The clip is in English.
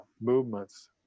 movements